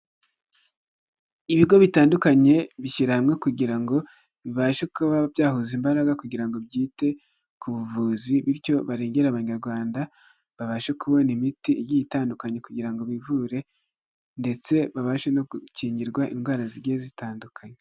Ibigo bitandukanye bishyira hamwe kugira ngo bibashe kuba byahuza imbaraga kugira ngo byite ku buvuzi, bityo bare Abanyarwanda babashe kubona imiti igiye itandukanye, kugira ngo bivure ndetse babashe no gukingirwa indwara zigiye zitandukanye.